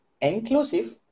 Inclusive